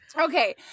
Okay